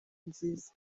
nziza